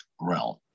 realm